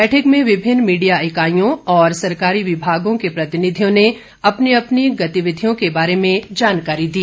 बैठक में विभिन्न मीडिया इकाईयों और सरकारी विभागों के प्रतिनिधियों ने अपनी अपनी गतिविधियों के बारे में जानकारी दी